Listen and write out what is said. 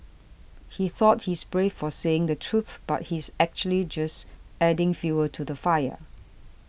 he thought he is brave for saying the truth but he is actually just adding fuel to the fire